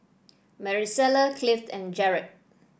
Maricela Cliff and Jarod